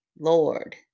Lord